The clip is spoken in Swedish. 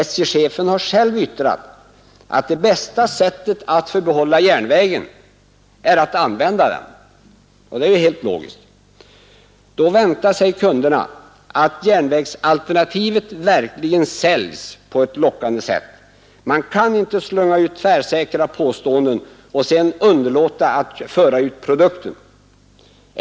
SJ-chefen har själv yttrat att det bästa sättet att få behålla järnvägen är att också använda den. Det är helt logiskt. Då väntar sig kunderna att järnvägsalternativet verkligen säljs på ett lockande sätt. Man kan inte slunga ut tvärsäkra påståenden och sedan underlåta att föra ut produkten.